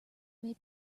may